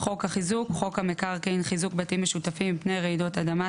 "חוק החיזוק" חוק המקרקעין (חיזוק בתים משותפים מפני רעידות אדמה),